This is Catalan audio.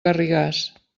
garrigàs